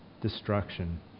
destruction